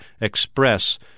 express